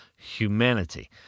humanity